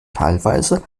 teilweise